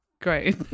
Great